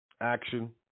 action